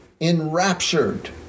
enraptured